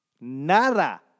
nada